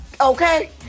Okay